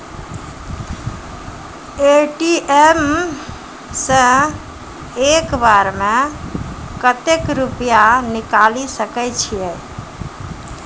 ATM सऽ एक बार म कत्तेक रुपिया निकालि सकै छियै?